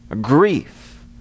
grief